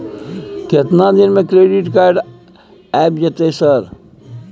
केतना दिन में क्रेडिट कार्ड आ जेतै सर?